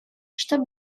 что